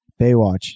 Baywatch